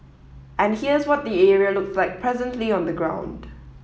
and here's what the area looks like presently on the ground